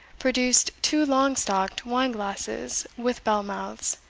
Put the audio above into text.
produced two long-stalked wine-glasses with bell mouths,